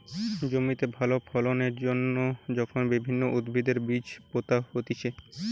জমিতে ভালো ফলন এর জন্যে যখন বিভিন্ন উদ্ভিদের বীজ পোতা হতিছে